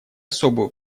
особую